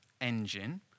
engine